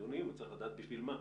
חיוניים צריך לדעת בשביל מה.